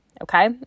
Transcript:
Okay